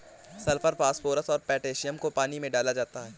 sulphur phosphorus और potassium को पानी में डाला जाता है